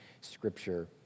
scripture